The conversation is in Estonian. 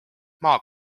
maa